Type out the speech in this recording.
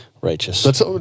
Righteous